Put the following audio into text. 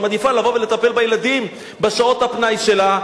היא מעדיפה לבוא ולטפל בילדים בשעות הפנאי שלה,